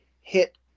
hit